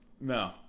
No